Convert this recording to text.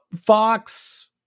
Fox